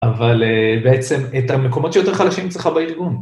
אבל בעצם את המקומות שיותר חלשים אצלך בארגון